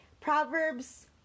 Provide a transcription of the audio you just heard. proverbs